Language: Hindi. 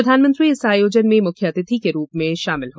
प्रधानमंत्री इस आयोजन में मुख्य अतिथि के रूप में आमंत्रित है